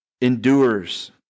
endures